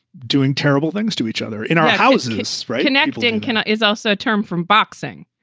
doing terrible things to each other in our houses right next in kenya is also a term from boxing